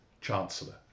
chancellor